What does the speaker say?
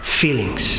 feelings